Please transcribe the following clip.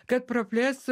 kad praplės